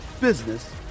business